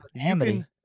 Amity